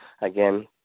again